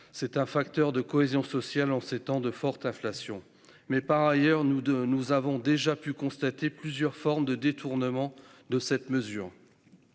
C'est un facteur de cohésion sociale en ces temps de forte inflation. Néanmoins, nous avons déjà pu constater plusieurs formes de détournement de cette mesure.